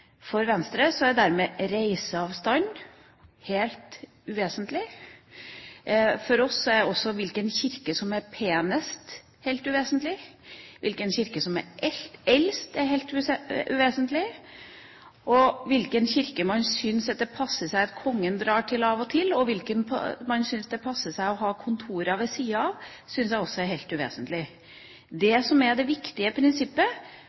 For Venstre er dermed reiseavstand helt uvesentlig. For oss er også hvilken kirke som er penest, helt uvesentlig. Hvilken kirke som er eldst, er helt uvesentlig. Hvilken kirke man syns det passer at Kongen drar til av og til, og hvilken man syns det passer seg å ha kontorer ved siden av, syns jeg også er helt uvesentlig. Det som er det viktige prinsippet,